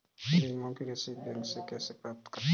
बीमा की रसीद बैंक से कैसे प्राप्त करें?